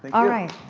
ah alright.